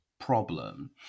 problem